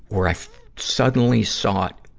where i suddenly saw it,